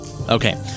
Okay